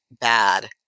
bad